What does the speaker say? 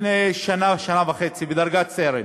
לפני שנה או שנה וחצי, בדרגת סרן.